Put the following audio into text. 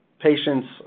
patients